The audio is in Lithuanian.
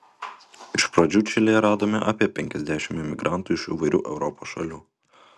iš pradžių čilėje radome apie penkiasdešimt emigrantų iš įvairių europos šalių